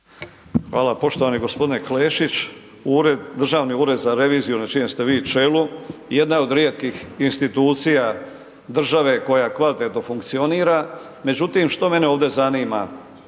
Hvala. Poštovani g. Klešić, Državni ured za reviziju na čijem ste vi čelu, jedan je od rijetkih institucija države koja kvalitetno funkcionira međutim što mene ovdje zanima?